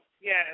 yes